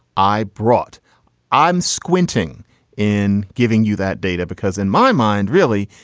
i brought i'm squinting in giving you that data, because in my mind, really,